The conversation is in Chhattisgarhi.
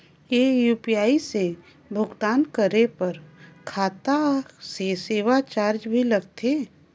ये यू.पी.आई से भुगतान करे पर खाता से सेवा चार्ज भी लगथे?